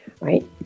Right